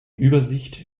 übersicht